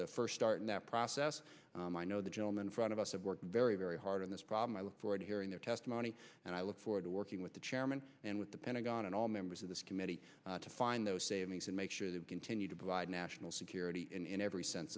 the first start in that process i know the gentleman front of us have worked very very hard on this problem i look forward to hearing their testimony and i look forward to working with the chairman and with the pentagon and all members of this committee to find those savings and make sure that we continue to provide national security in every sense